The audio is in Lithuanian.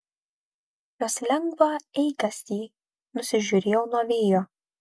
jos lengvą eigastį nusižiūrėjau nuo vėjo